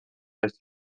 eest